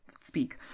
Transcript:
speak